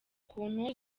ukuntu